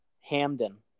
Hamden